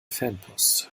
fanpost